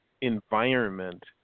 environment